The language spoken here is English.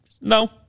No